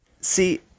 see